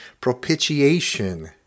propitiation